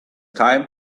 time